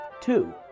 Two